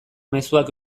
mezuak